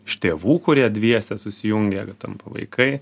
iš tėvų kurie dviese susijungia tampa vaikai